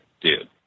dude